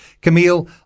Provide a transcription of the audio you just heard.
Camille